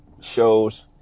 shows